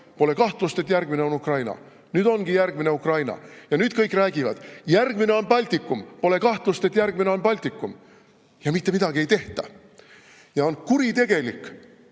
Pole kahtlust, et järgmine on Ukraina. Nüüd ongi järgmine Ukraina ja nüüd kõik räägivad: järgmine on Baltikum, pole kahtlust, et järgmine on Baltikum. Ja mitte midagi ei tehta. Ja on kuritegelik,